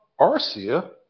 Arcia